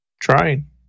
trying